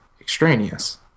extraneous